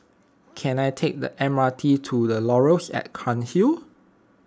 can I take the M R T to the Laurels at Cairnhill